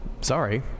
Sorry